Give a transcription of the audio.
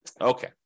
Okay